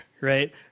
right